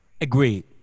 Agreed